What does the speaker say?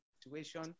situation